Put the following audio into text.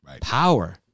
Power